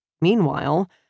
Meanwhile